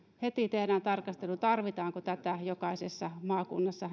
heti tehdä tarkastelu tarvitaanko näitä rajoituksia jokaisessa maakunnassa